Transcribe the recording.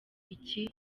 iki